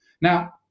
Now